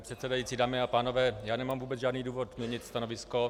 Pane předsedající, dámy a pánové, já nemám vůbec žádný důvod měnit stanovisko.